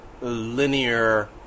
linear